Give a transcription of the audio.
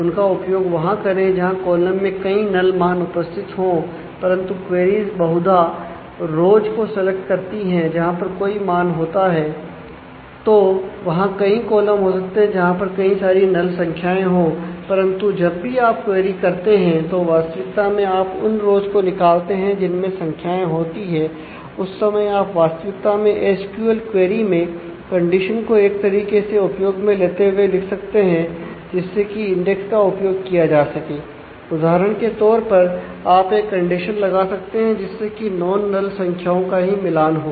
उनका उपयोग वहां करें जहां कॉलम में कई नल संख्याओं का ही मिलान हो